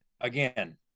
Again